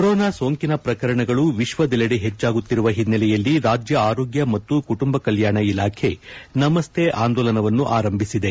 corona ಸೋಂಕಿನ ಪ್ರಕರಣಗಳು ವಿಶ್ವದಲ್ಲೆಡೆ ಪೆಚ್ಚಾಗುತ್ತಿರುವ ಹಿನೈಲೆಯಲ್ಲಿ ರಾಜ್ಯ ಆರೋಗ್ಯ ಮತ್ತು ಕುಟುಂಬ ಕಲ್ನಾಣ ಇಲಾಖೆ ನಮಸ್ತೆ ಆಂದೋಲನವನ್ನು ಆರಂಭಿಸಿದೆ